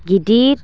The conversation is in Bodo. गिदिर